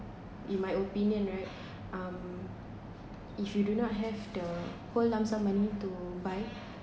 in my opinion right um if you do not have the whole lump sum money to buy